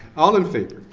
all in favor.